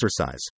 exercise